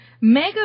mega